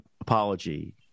apology